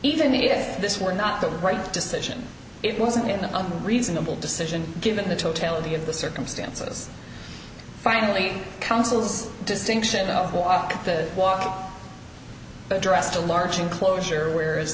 even if this were not the right decision it wasn't in a reasonable decision given the totality of the circumstances finally councils distinction walk the walk addressed a large enclosure where is